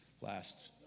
last